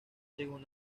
según